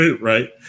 Right